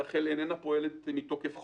רח"ל איננה פועלת מתוקף חוק,